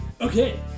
Okay